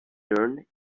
turned